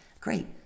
Great